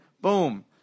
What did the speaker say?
Boom